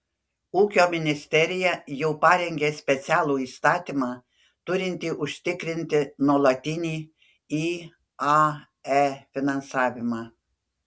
ūkio ministerija jau parengė specialų įstatymą turintį užtikrinti nuolatinį iae finansavimą